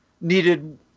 needed